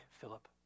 Philip